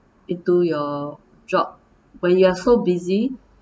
into your job when you're so busy